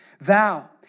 Thou